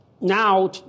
now